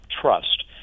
trust